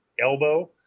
elbow